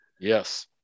Yes